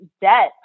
debt